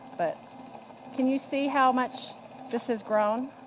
but can you see how much this has grown?